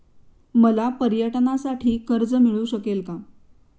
मला पर्यटनासाठी कर्ज मिळू शकेल का?